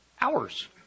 Hours